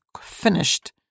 finished